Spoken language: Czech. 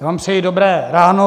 Já vám přeji dobré ráno.